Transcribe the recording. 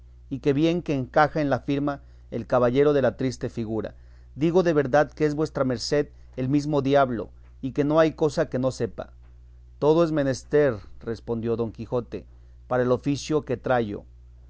y qué bien que encaja en la firma el caballero de la triste figura digo de verdad que es vuestra merced el mesmo diablo y que no haya cosa que no sepa todo es menester respondió don quijote para el oficio que trayo ea